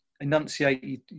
enunciate